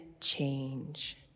change